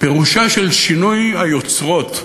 פירושה הוא שינוי היוצרות,